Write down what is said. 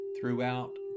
throughout